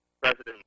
President